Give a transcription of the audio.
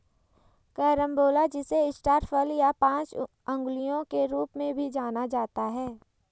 carambola जिसे star फल या पांच अंगुलियों के रूप में भी जाना जाता है